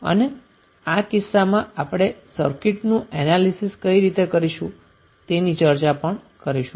અને આ કિસ્સામાં આપણે સર્કિંટનું એનાલીસીસ કઈ રીતે કરીશું તેની ચર્ચા પણ કરીશું